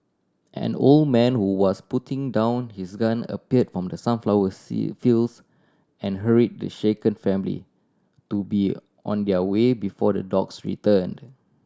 an old man who was putting down his gun appeared from the sunflower sea fields and hurried the shaken family to be on their way before the dogs returned